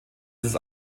des